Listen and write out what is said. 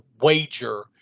wager